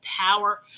power